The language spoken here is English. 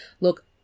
look